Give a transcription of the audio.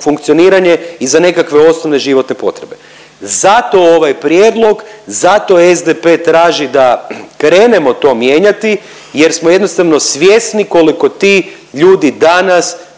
funkcioniranje i za nekakve osnovne životne potrebe. Zato ovaj prijedlog, zato SDP traži da krenemo to mijenjati jer smo jednostavno svjesni koliko ti ljudi danas